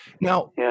Now